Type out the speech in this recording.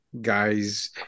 guys